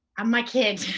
and my kid.